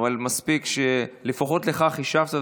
אבל מספיק שלפחות לאחד השבת,